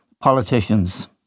politicians